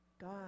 God